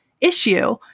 issue